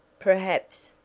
perhaps,